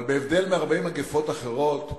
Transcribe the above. אבל בהבדל מהרבה מגפות אחרות,